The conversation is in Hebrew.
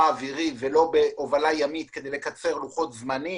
אווירי ולא בהובלה ימית כדי לקצר לוחות זמנים.